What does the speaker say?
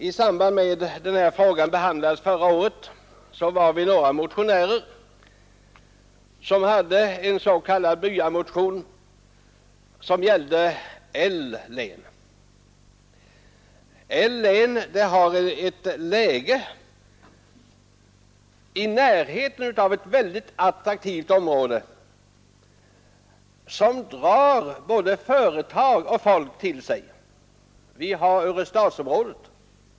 I samband med att denna fråga behandlades förra året var vi några motionärer som väckte en s.k. byamotion som gällde L län. Detta län ligger i närheten av ett mycket attraktivt område, som drar både företag och folk till sig — Örestadsområdet.